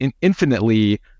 infinitely